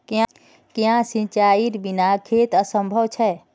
क्याँ सिंचाईर बिना खेत असंभव छै?